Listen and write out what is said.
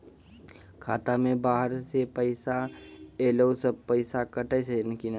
खाता मे बाहर से पैसा ऐलो से पैसा कटै छै कि नै?